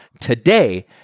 today